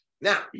Now